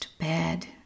bed